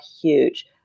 huge